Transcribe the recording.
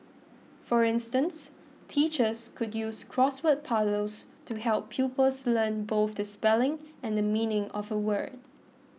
for instance teachers could use crossword puzzles to help pupils learn both the spelling and the meaning of a word